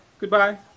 Goodbye